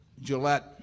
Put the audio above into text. Gillette